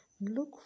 Look